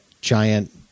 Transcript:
giant